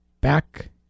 back